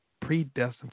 predestined